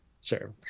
Sure